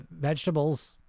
vegetables